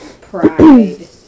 pride